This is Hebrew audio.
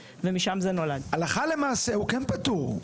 הלכה למעשה, הוא כן פטור.